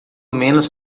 menos